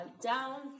down